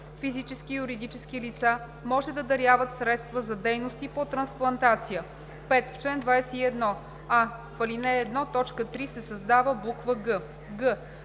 Физически и юридически лица може да даряват средства за дейности по трансплантация.“ 5. В чл. 21: а) в ал. 1, т. 3 се създава буква